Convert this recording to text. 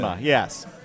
yes